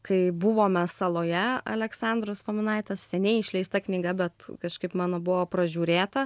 kai buvome saloje aleksandros fominaitės seniai išleista knyga bet kažkaip mano buvo pražiūrėta